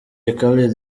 khaled